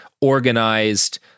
organized